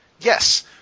Yes